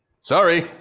Sorry